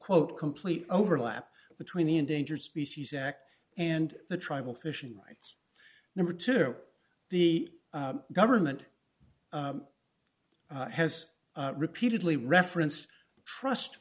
quote complete overlap between the endangered species act and the tribal fishing rights number two the government has repeatedly referenced trust